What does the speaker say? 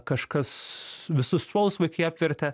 kažkas visus suolus vaikai apvertė